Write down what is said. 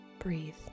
Breathe